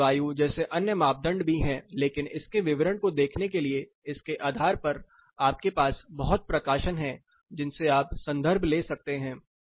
सूक्ष्म जलवायु जैसे अन्य मापदंड भी हैं लेकिन इसके विवरण को देखने के लिए इसके आधार पर आपके पास बहुत प्रकाशन है जिनसे आप संदर्भ ले सकते हैं